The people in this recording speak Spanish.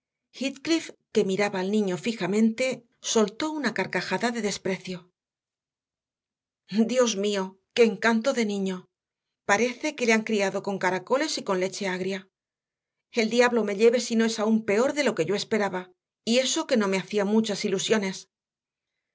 que miraba al niño fijamente soltó una carcajada de desprecio dios mío qué encanto de niño parece que le han criado con caracoles y con leche agria el diablo me lleve si no es aún peor de lo que yo esperaba y eso que no me hacía muchas ilusiones